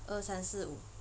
二三四五